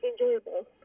enjoyable